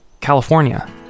California